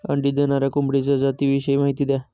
अंडी देणाऱ्या कोंबडीच्या जातिविषयी माहिती द्या